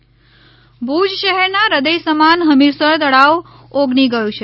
હમીરસર ભુજ શહેરના હૃદય સમાન હમીરસર તળાવ ઓગની ગયું છે